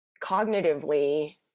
cognitively